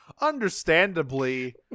understandably